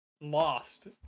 lost